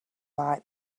like